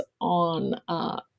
on